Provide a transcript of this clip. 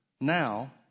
now